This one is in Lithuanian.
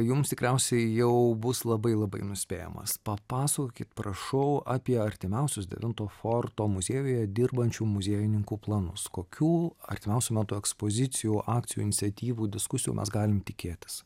jums tikriausiai jau bus labai labai nuspėjamas papasakokit prašau apie artimiausius devinto forto muziejuje dirbančių muziejininkų planus kokių artimiausiu metu ekspozicijų akcijų iniciatyvų diskusijų mes galim tikėtis